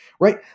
right